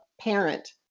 parent